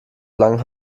lang